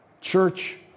Church